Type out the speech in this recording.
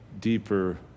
deeper